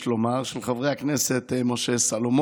יש לומר, של חברי הכנסת משה סלומון,